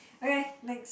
okay next